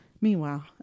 Meanwhile